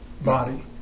body